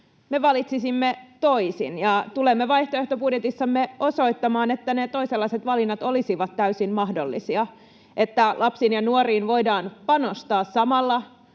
valitsisimme toisin ja tulemme vaihtoehtobudjetissamme osoittamaan, että ne toisenlaiset valinnat olisivat täysin mahdollisia, että lapsiin ja nuoriin voidaan panostaa samalla,